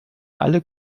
alle